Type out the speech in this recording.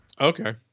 Okay